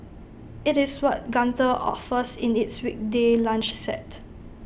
IT is what Gunther offers in its weekday lunch set